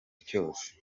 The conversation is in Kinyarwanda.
cyose